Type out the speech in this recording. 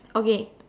okay